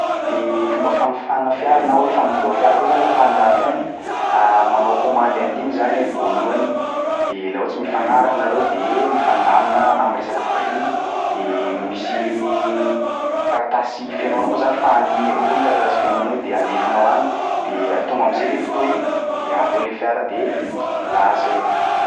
De fomba fanofana fiara na hoe famondroa fiara koa zany lafa an-dafy agny, manao kômandy en ligne zany iha voalohany de laha ohatsy mifagnaraky nareo de mifandamina am'resaky prix de misy taratasy fenoanao moa zany fa en ligne avao koa i taratasy fenoanao io de alefanao agny de tonga am'zay fotoa igny de avy eo le fiara de lasa iha.